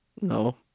No